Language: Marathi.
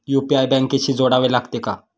यु.पी.आय बँकेशी जोडावे लागते का?